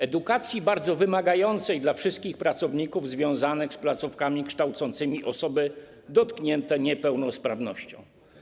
Edukacją bardzo wymagającą dla wszystkich pracowników związanych z placówkami kształcącymi osoby dotknięte niepełnosprawnością.